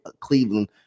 Cleveland